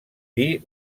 dir